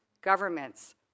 governments